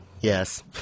Yes